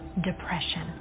depression